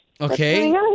Okay